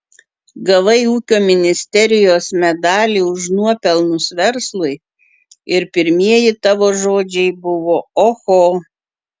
gavai ūkio ministerijos medalį už nuopelnus verslui ir pirmieji tavo žodžiai buvo oho